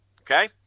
Okay